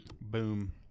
boom